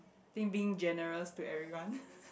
think being generous to everyone